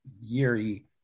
Yuri